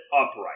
upright